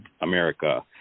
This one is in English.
America